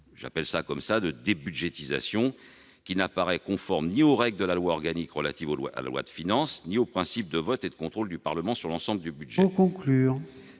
un mécanisme de débudgétisation qui n'apparaît conforme ni aux règles de la loi organique relative aux lois de finances ni aux principes de vote et de contrôle du Parlement sur l'ensemble du budget.